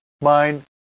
mind